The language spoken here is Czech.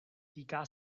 týká